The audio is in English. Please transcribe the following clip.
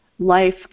Life